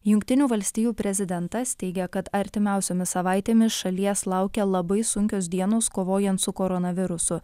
jungtinių valstijų prezidentas teigia kad artimiausiomis savaitėmis šalies laukia labai sunkios dienos kovojant su koronavirusu